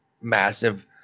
massive